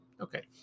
Okay